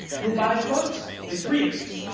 who buys books? it's readers.